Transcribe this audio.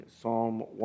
Psalm